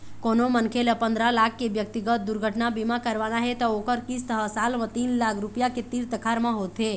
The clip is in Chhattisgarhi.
कोनो मनखे ल पंदरा लाख के ब्यक्तिगत दुरघटना बीमा करवाना हे त ओखर किस्त ह साल म तीन लाख रूपिया के तीर तखार म होथे